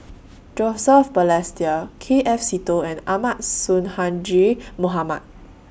Joseph Balestier K F Seetoh and Ahmad Sonhadji Mohamad